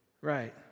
Right